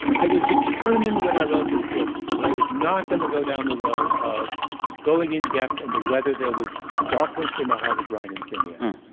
i was determined when i wrote this book that i was not going to go down the road of going in depth into whether there was darkness in the heart of brian encinia.